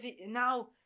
Now